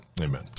Amen